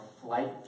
flight